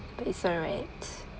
but it's alright